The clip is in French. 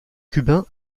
cubains